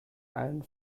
allen